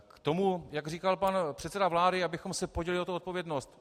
K tomu, jak říkal pan předseda vlády, abychom se podělili o tu odpovědnost.